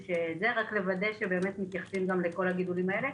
לוודא שבאמת מתייחסים לכל הגידולים האלה.